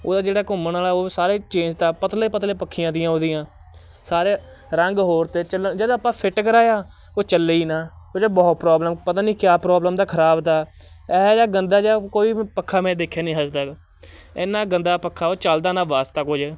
ਉਹਦਾ ਜਿਹੜਾ ਘੁੰਮਣ ਵਾਲਾ ਉਹ ਸਾਰੇ ਚੇਂਜ ਤਾ ਪਤਲੇ ਪਤਲੇ ਪੱਖੀਆਂ ਤੀਆਂ ਉਹਦੀਆਂ ਸਾਰੇ ਰੰਗ ਹੋਰ ਤੇ ਚਲ ਜਦੋਂ ਆਪਾਂ ਫਿਟ ਕਰਾਇਆ ਉਹ ਚੱਲੇ ਹੀ ਨਾ ਉਹ 'ਚ ਬਹੁਤ ਪ੍ਰੋਬਲਮ ਪਤਾ ਨਹੀਂ ਕਿਆ ਪ੍ਰੋਬਲਮ ਦਾ ਖ਼ਰਾਬ ਤਾ ਇਹੋ ਜਿਹਾ ਗੰਦਾ ਜਿਹਾ ਕੋਈ ਪੱਖਾ ਮੈਂ ਦੇਖਿਆ ਨਹੀਂ ਮੈਂ ਹਜੇ ਤੱਕ ਇੰਨਾ ਗੰਦਾ ਪੱਖਾ ਉਹ ਚੱਲਦਾ ਨਾ ਵਾਸਤਾ ਕੁਝ